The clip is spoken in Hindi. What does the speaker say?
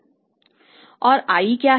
और i क्या है